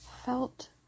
felt